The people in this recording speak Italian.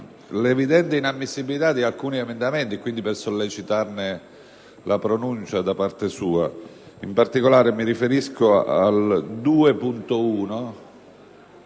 l'evidente inammissibilità di alcuni emendamenti e quindi per sollecitarne la declaratoria da parte sua. In particolare, mi riferisco